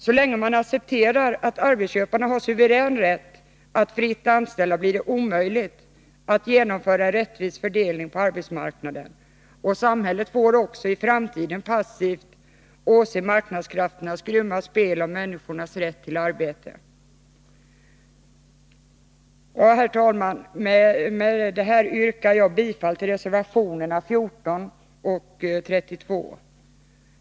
Så länge man accepterar att arbetsköparna har suverän rätt att fritt anställa, blir det omöjligt att genomföra en rättvis fördelning på arbetsmarknaden, och samhället får också i framtiden passivt åse marknadskrafternas grymma spel om människors rätt till arbete. Herr talman! Med detta yrkar jag bifall till reservationerna 14 och 32.